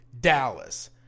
Dallas